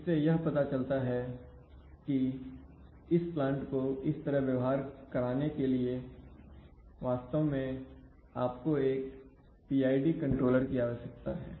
इससे यह पता चलता है कि इस प्लांट को इस तरह व्यवहार कराने के लिए वास्तव में आपको एक PID कंट्रोलर की आवश्यकता है